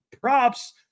props